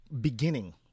beginning